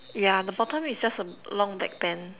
yeah the bottom is just a long back pant